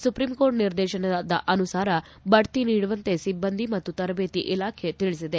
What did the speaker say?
supreme court ನಿರ್ದೇಶನದ ಅನುಸಾರ ಬಡ್ತಿ ನೀಡುವಂತೆ ಸಿಬ್ಬಂದಿ ಮತ್ತು ತರಬೇತಿ ಇಲಾಖೆ ತಿಳಿಸಿದೆ